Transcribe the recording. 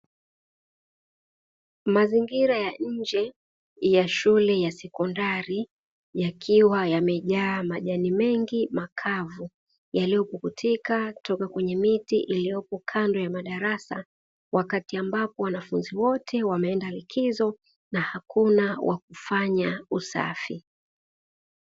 Mazingira ya nje ya shule ya sekondari yakiwa yamejaa majani mengi makavu yaliyopukutika kutoka kwenye miti iliyopo kando ya madarasa, wakati ambapo wanafunzi wote wameenda likizo na hakuna wakufanya usafi.